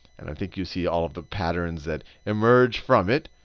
and i think you see all of the patterns that emerge from it.